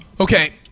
Okay